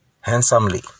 handsomely